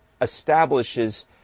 establishes